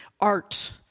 art